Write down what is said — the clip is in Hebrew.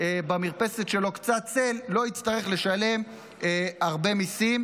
במרפסת שלו קצת צל, לא יצטרך לשלם הרבה מיסים.